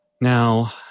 now